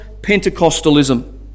Pentecostalism